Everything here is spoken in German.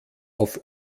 auf